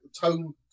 tone